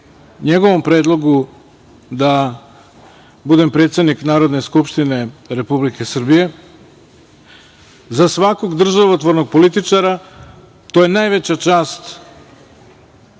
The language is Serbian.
njegovom predlogu da budem predsednik Narodne skupštine Republike Srbije.Za svakog državotvornog političara to je najveća čast